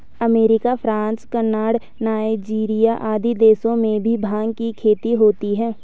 America, France, Canada, Nigeria आदि देशों में भी भाँग की खेती होती है